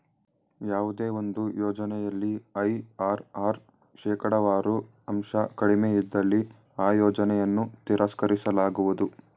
ಯಾವುದೇ ಒಂದು ಯೋಜನೆಯಲ್ಲಿ ಐ.ಆರ್.ಆರ್ ಶೇಕಡವಾರು ಅಂಶ ಕಡಿಮೆ ಇದ್ದಲ್ಲಿ ಆ ಯೋಜನೆಯನ್ನು ತಿರಸ್ಕರಿಸಲಾಗುವುದು